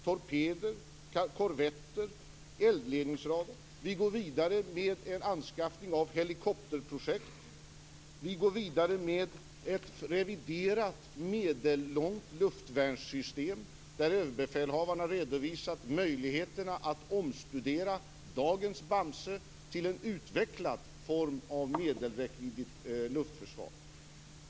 Torpeder, korvetter och eldledningsradar anskaffas. Vi går vidare med en anskaffning av helikopterprojekt. Vi går vidare med ett reviderat medellångt luftvärnssystem, där överbefälhavaren har redovisat möjligheterna att omstudera dagens Bamse till en utvecklad form av luftförsvar med medellång räckvidd.